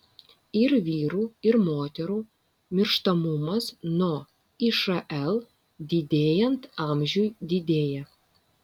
ir vyrų ir moterų mirštamumas nuo išl didėjant amžiui didėja